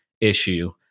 issue